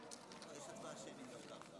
מתנות לאביונים, רק תגיד,